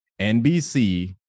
NBC